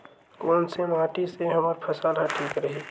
कोन से माटी से हमर फसल ह ठीक रही?